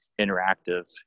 interactive